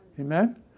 Amen